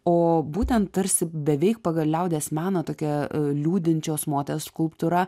o būtent tarsi beveik pagal liaudies meną tokia liūdinčios motes skulptūra